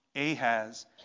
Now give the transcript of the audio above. Ahaz